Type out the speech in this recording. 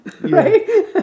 right